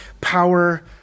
power